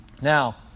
Now